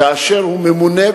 כאשר הוא ממונה,